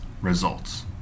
results